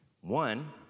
One